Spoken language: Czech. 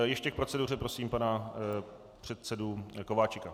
Ještě k proceduře prosím pana předsedu Kováčika.